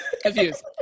Confused